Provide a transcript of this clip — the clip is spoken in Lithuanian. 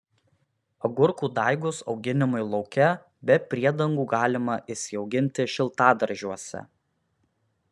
agurkų daigus auginimui lauke be priedangų galima išsiauginti šiltadaržiuose